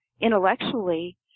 intellectually